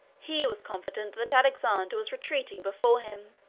he was confident that alexander was retreating before him